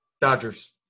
Dodgers